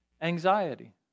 anxiety